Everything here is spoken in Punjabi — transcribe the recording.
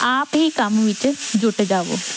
ਆਪ ਹੀ ਕੰਮ ਵਿੱਚ ਜੁੱਟ ਜਾਵੋ